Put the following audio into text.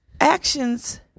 Actions